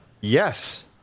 yes